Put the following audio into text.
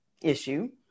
issue